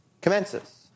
commences